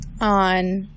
on